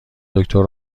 دکتر